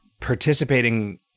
participating